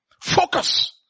focus